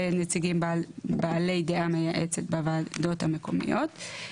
זה נציגים בעלי דעה מייעצת בוועדות המקומיות.